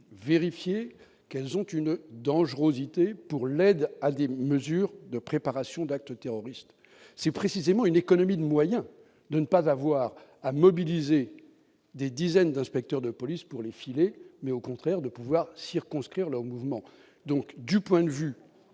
vérifié qu'elles ont une dangerosité pour l'aide à des mesures de préparation d'actes terroristes, c'est précisément une économie de moyens, de ne pas avoir à mobiliser des dizaines d'inspecteurs de police pour les filets, mais au contraire de pouvoir circonscrire le mouvement donc, du point de vue